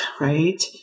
Right